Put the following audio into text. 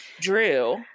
drew